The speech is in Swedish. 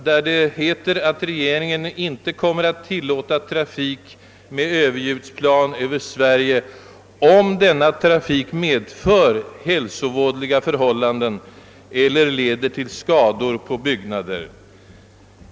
Där heter det att regeringen inte kommer att tillåta trafik med överljudsplan över Sverige, om denna trafik förorsakar hälsovådliga förhållanden eller 1eder till skador på byggnader.